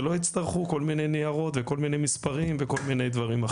ולא יצטרכו כל מיני ניירות וכל מיני מספרים וכל מיני דברים אחרים.